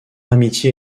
amitié